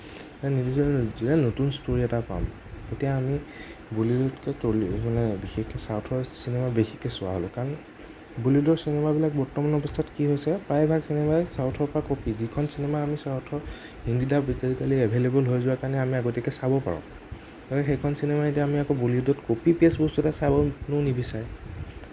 যেতিয়া নতুন ষ্টৰী এটা পাওঁ তেতিয়া আমি বলীউডতকৈ টলীউড মানে বিশেষকৈ চাউথৰ চিনেমা বেছিকৈ চোৱা হ'লোঁ কাৰণ বলীউডৰ চিনেমাবিলাক বৰ্তমান অৱস্থাত কি হৈছে প্ৰায়ভাগ চিনেমাই চাউথৰ পৰা কপী যিখন চিনেমা আমি চাউথত হিন্দী ডাব এভেইলেবল হৈ যোৱাৰ বাবে আমি আগতীয়াকৈ চাব পাৰোঁ আৰু সেইখন চিনেমাই এতিয়া আমি আকৌ বলীউডত কপি পেষ্ট বস্তু এটা চাব কোনেও নিবিচাৰে